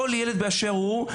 כל ילד באשר הוא,